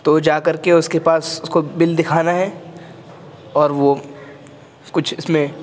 تو جا کر کے اس کے پاس اس کو بل دکھانا ہے اور وہ کچھ اس میں